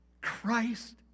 Christ